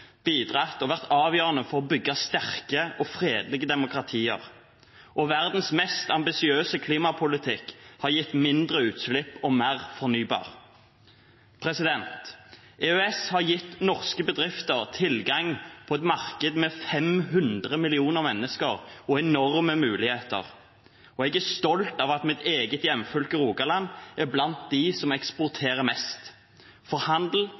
bidratt og vært avgjørende for å bygge sterke og fredelige demokratier, og verdens mest ambisiøse klimapolitikk har gitt mindre utslipp og mer fornybar energi. EØS-avtalen har gitt norske bedrifter tilgang til et marked med 500 millioner mennesker og enorme muligheter. Jeg er stolt av at mitt eget hjemfylke, Rogaland, er blant dem som eksporterer mest. Handel